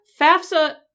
FAFSA